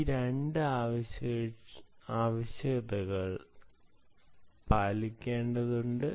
ഈ രണ്ട് ആവശ്യകതകൾ പാലിക്കേണ്ടതുണ്ട്